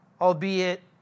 albeit